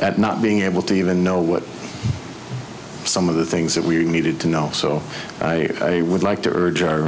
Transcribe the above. at not being able to even know what some of the things that we needed to know so i would like to urge our